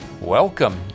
Welcome